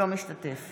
אינו משתתף